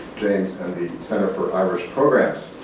james, and the center for irish programs.